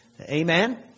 Amen